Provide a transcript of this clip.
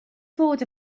fod